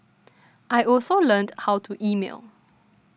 I also learned how to email